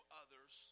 others